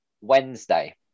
Wednesday